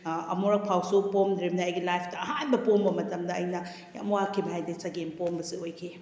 ꯑꯃꯨꯔꯛ ꯐꯥꯎꯁꯨ ꯄꯣꯝꯗ꯭ꯔꯤꯝꯅꯦ ꯑꯩꯒꯤ ꯂꯥꯏꯐꯇ ꯑꯍꯥꯟꯕ ꯄꯣꯝꯕ ꯃꯇꯝꯗ ꯑꯩꯅ ꯌꯥꯝ ꯋꯥꯈꯤꯕ ꯍꯥꯏꯗꯤ ꯆꯒꯦꯝꯄꯣꯝꯕꯁꯤ ꯑꯣꯏꯈꯤ